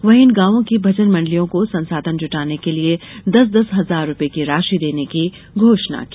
वहीं इन गॉवों की भजन मंडलियों को संसाधन जुटाने के लिए दस दस हजार रूपये की राशि देने की घोषणा की